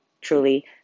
truly